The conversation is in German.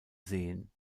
seen